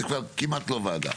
זה כבר כמעט לא וועדה.